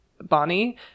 Bonnie